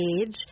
age